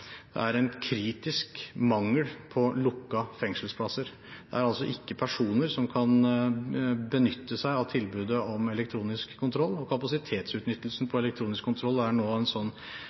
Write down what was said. Det er en kritisk mangel på lukkede fengselsplasser. Det er altså ikke personer som kan benytte seg av tilbudet om elektronisk kontroll. Kapasitetsutnyttelsen når det gjelder elektronisk kontroll, er nå sånn at en